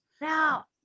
now